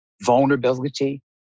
vulnerability